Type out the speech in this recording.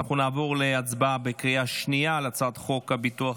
נעבור להצבעה בקריאה שנייה על הצעת חוק הביטוח